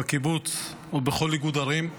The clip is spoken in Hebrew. בקיבוץ ובכל איגוד ערים.